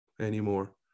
anymore